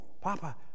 Papa